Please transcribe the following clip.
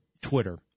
Twitter